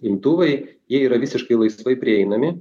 imtuvai yra visiškai laisvai prieinami